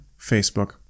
Facebook